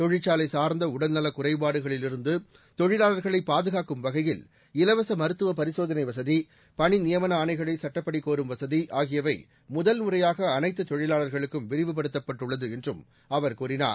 தொழிற்சாலை சார்ந்த உடல்நலக் குறைபாடுகளிலிருந்து தொழிலாளர்களை பாதுகாக்கும் வகையில் இலவச மருத்துவ பரிசோதனை வசதி பணிநியமன ஆணைகளை சட்டப்படி கோரும் வசதி ஆகியவை முதல்முறையாக அனைத்து தொழிலாளர்களுக்கும் விரிவுபடுத்தப்பட்டுள்ளது என்றும் அவர் கூறினார்